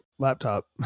laptop